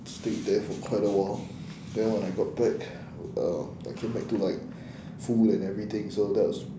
stayed there for quite a while then when I got back um I came back to like food and everything so that was